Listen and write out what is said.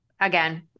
again